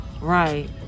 right